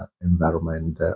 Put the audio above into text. environment